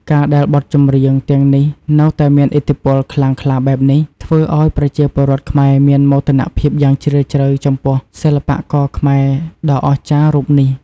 ការដែលបទចម្រៀងទាំងនេះនៅតែមានឥទ្ធិពលខ្លាំងក្លាបែបនេះ ធ្វើឲ្យប្រជាពលរដ្ឋខ្មែរមានមោទនភាពយ៉ាងជ្រាលជ្រៅចំពោះសិល្បករខ្មែរដ៏អស្ចារ្យរូបនេះ ។